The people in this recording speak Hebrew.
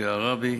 שהרבי